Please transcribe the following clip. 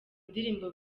ndirimbo